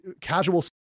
casual